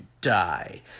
die